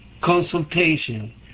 consultation